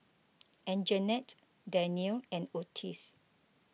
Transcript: Anjanette Dannielle and Otis